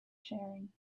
sharing